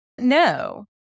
No